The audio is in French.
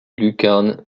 lucarnes